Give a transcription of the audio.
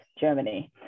Germany